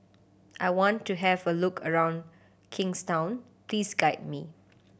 I want to have a look around Kingstown please guide me